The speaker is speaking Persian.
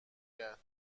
کرد